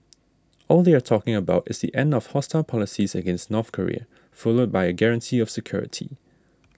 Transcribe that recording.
all they are talking about is the end of hostile policies against North Korea followed by a guarantee of security